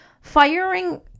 firing